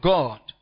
God